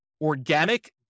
organic